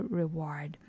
reward